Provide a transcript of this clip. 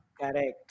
correct